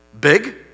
big